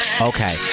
okay